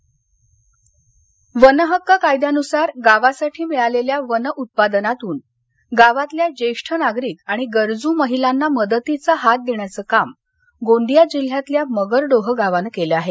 pension योजना गोंदिया वन हक्क कायद्यान्सार गावासाठी मिळालेल्या वनउत्पादनातून गावातल्या ज्येष्ठ नागरिक आणि गरजू महिलांना मदतीचा हात देण्याचं काम गोंदिया जिल्ह्यातल्या मगरडोह गावानं केलं आहे